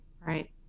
Right